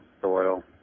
soil